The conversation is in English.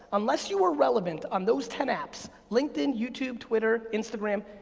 unless you are relevant on those ten apps, linkedin, youtube, twitter, instagram,